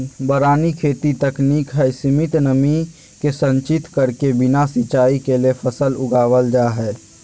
वारानी खेती तकनीक हई, सीमित नमी के संचित करके बिना सिंचाई कैले फसल उगावल जा हई